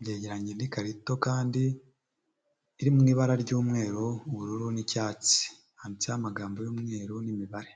byegeranye n'ikarito kandi iri mu ibara ry'umweru, ubururu n'icyatsi handitseho amagambo y'umweru n'imibare.